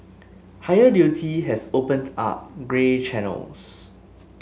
higher duty has opened up grey channels